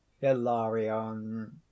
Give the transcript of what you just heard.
hilarion